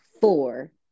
four